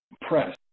press